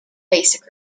basic